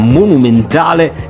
monumentale